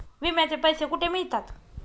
विम्याचे पैसे कुठे मिळतात?